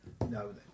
No